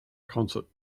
concert